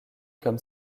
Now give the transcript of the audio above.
comme